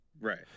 Right